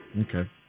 Okay